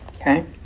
Okay